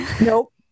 Nope